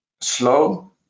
Slow